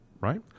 right